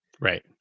right